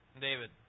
David